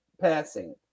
passing